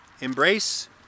embrace